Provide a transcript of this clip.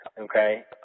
Okay